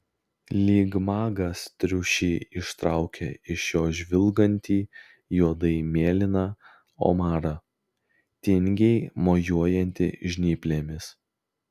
lyg magas triušį ištraukia iš jo žvilgantį juodai mėlyną omarą tingiai mojuojantį žnyplėmis